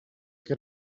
get